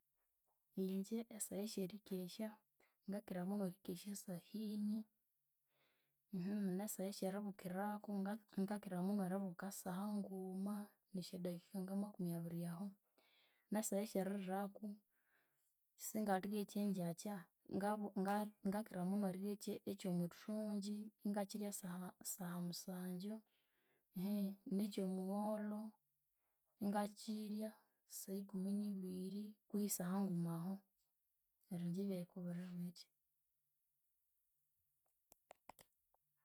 Ingye esaha esyerikesya ngakiramunu erikesya sahini nesaha syeribukiraku ngakira munu eribuka sahanguma nesyadakika ngamakumi abiri ahu nesaha syeririraku, singalirya ekyengyakya ngabu ngakiramunu erirya eke- ekyerithungyi ingakyirya saha saha musangyu nekyomwigholho ingakyirya saha ikumi nibiri kwehi sahanguma ahu. Neryu ingye byayi kubiri bitya.